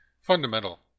fundamental